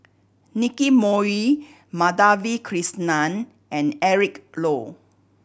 Nicky Moey Madhavi Krishnan and Eric Low